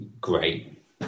Great